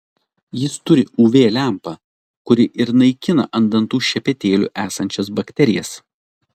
jis turi uv lempą kuri ir naikina ant dantų šepetėlių esančias bakterijas